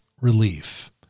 relief